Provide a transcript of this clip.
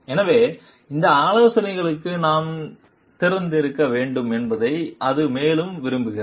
எனவே அந்த ஆலோசனைகளுக்கு நாம் திறந்திருக்க வேண்டும் என்பதை அது மேலும் விரும்புகிறது